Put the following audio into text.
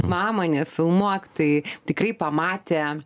mama nefilmuok tai tikrai pamatę